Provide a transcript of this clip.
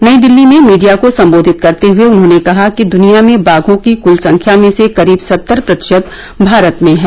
नई दिल्ली में मीडिया को संबोधित करते हुए उन्होंने कहा कि दुनिया में बाघों की कुल संख्या में से करीब सत्तर प्रतिशत भारत में हैं